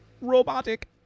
robotic